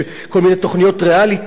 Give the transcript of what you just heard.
בכל מיני תוכניות ריאליטי,